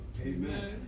Amen